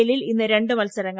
എല്ലിൽ ഇന്ന് രണ്ട് മത്സര ങ്ങൾ